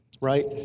right